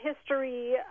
history